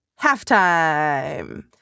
Halftime